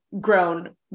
grown